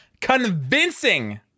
convincing